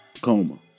Coma